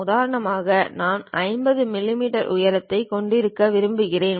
உதாரணமாக நான் 50 மில்லிமீட்டர் உயரத்தைக் கொண்டிருக்க விரும்புகிறேன்